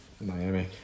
Miami